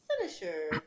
Finisher